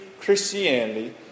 Christianity